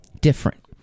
different